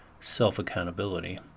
self-accountability